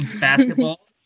basketball